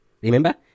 remember